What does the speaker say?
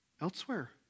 Elsewhere